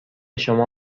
شما